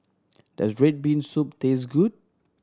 does red bean soup taste good